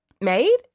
made